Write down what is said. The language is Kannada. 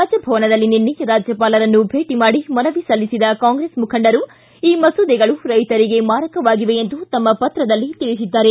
ರಾಜಭವನದಲ್ಲಿ ನಿನ್ನೆ ರಾಜ್ಯಪಾಲರನ್ನು ಭೇಟಿ ಮಾಡಿ ಮನವಿ ಸಲ್ಲಿಸಿದ ಕಾಂಗ್ರೆಸ್ ಮುಖಂಡರು ಈ ಮಸೂದೆಗಳು ರೈತರಿಗೆ ಮಾರಕವಾಗಿವೆ ಎಂದು ತಮ್ಮ ಪತ್ರದಲ್ಲಿ ತಿಳಿಸಿದ್ದಾರೆ